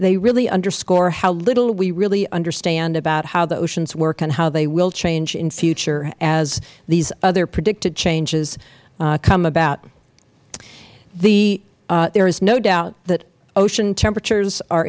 they really underscore how little we really understand about how the oceans work and how they will change in the future as these other predicted changes come about there is no doubt that ocean temperatures are